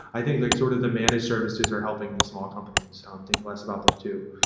i think like sort of the managed services are helping the small companies um think less about them too.